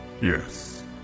Yes